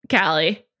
Callie